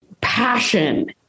passion